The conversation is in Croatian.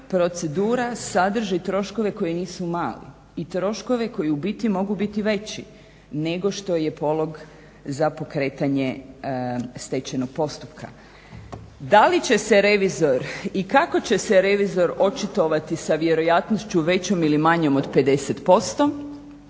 Procedura sadrži troškove koji nisu mali i troškove koji ubiti mogu biti veći nego što je polog za pokretanje stečajnog postupka. Da li će se revizor i kako će se revizor očitovati sa vjerojatnošću većom ili manjom od 50%,